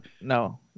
No